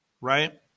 right